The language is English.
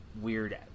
weird